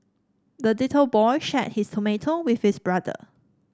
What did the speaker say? the little boy shared his tomato with his brother